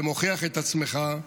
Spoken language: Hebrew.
ומוכיח את עצמך,